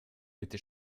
bitte